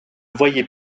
voyait